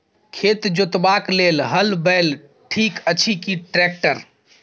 खेत जोतबाक लेल हल बैल ठीक अछि की ट्रैक्टर?